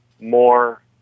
more